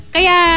Kaya